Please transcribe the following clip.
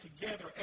together